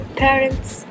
parents